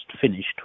finished